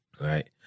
right